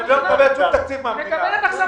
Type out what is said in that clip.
היא לא מקבלת שום תקציב מן המדינה.